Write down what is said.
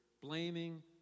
blaming